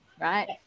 right